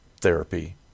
therapy